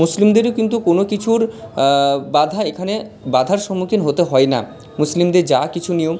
মুসলিমদেরও কিন্তু কোনো কিছুর বাঁধা এখানে বাঁধার সম্মুখীন হতে হয় না মুসলিমদের যা কিছু নিয়ম